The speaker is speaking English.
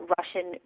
Russian